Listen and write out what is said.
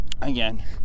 again